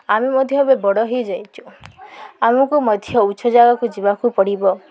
ଆମେ ମଧ୍ୟ ଏବେ ବଡ଼ ହୋଇଯାଇଛୁ ଆମକୁ ମଧ୍ୟ ଉଚ୍ଚ ଜାଗାକୁ ଯିବାକୁ ପଡ଼ିବ